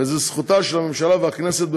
וזכותן של הממשלה והכנסת,